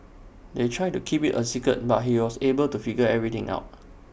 they tried to keep IT A secret but he was able to figure everything out